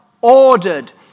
ordered